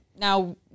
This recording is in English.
now